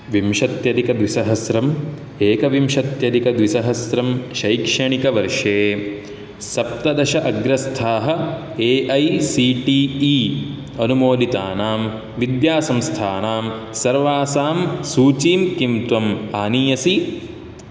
विंशत्याधिक द्विसहस्रम् एकविंशत्यधिक द्विसहस्रं शैक्षणिकवर्षे सप्तदश अग्रस्थाः A I C T E अनुमोदितानां विद्यासंस्थानां सर्वासां सूचीं किं त्वम् आनयसि